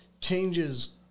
Changes